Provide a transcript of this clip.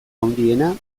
handiena